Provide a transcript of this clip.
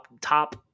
top